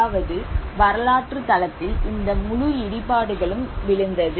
அதாவது வரலாற்று தளத்தில் இந்த முழு இடிபாடுகளும் விழுந்தது